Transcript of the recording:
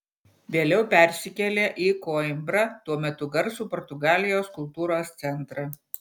vėliau persikėlė į koimbrą tuo metu garsų portugalijos kultūros centrą